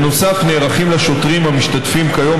בנוסף, לשוטרים המשתתפים כיום